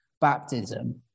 baptism